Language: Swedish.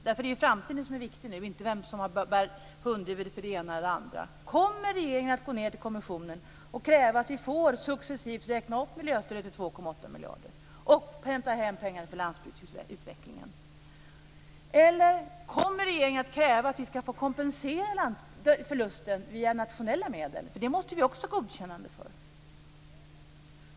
Det är framtiden som är viktig nu och inte vem som bär hundhuvudet för det ena eller andra. Kommer regeringen att gå till kommissionen och kräva att vi successivt får räkna upp miljöstödet till 2,8 miljarder och hämta hem pengarna för landsbygdsutvecklingen? Kommer regeringen att kräva att vi ska få kompensera förlusten via nationella medel? Det måste vi ju också få ett godkännande för.